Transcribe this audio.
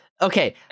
okay